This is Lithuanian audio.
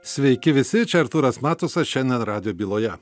sveiki visi čia artūras matusas šiandien radijo byloje